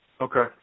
Okay